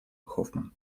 хоффман